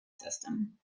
system